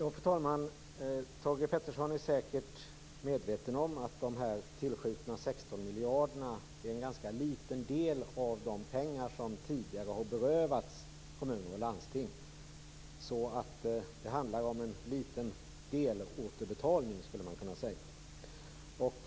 Fru talman! Thage G Peterson är säkert medveten om att de tillskjutna 16 miljarderna är en ganska liten del av de pengar som tidigare har berövats kommuner och landsting. Man skulle kunna säga att det handlar om en liten delåterbetalning.